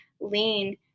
lean